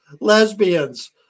lesbians